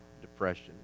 depression